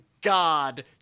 god